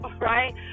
right